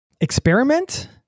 experiment